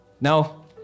No